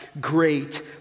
great